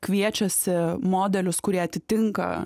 kviečiasi modelius kurie atitinka